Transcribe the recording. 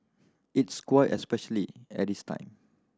it's quiet especially at this time